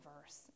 verse